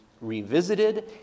revisited